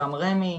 גם רמ"י,